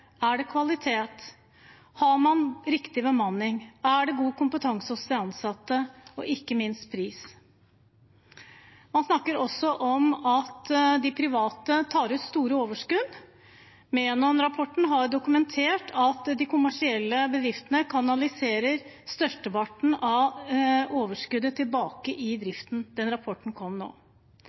det er kvalitet, om man har riktig bemanning, om det er god kompetanse hos de ansatte, og ikke minst gjelder det pris. Man snakker også om at de private tar ut store overskudd. Menon-rapporten har dokumentert at de kommersielle bedriftene kanaliserer størsteparten av overskuddet tilbake i driften. Den rapporten kom nå.